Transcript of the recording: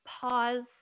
pause